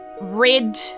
red